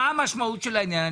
מה המשמעות של העניין?